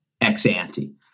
ex-ante